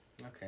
Okay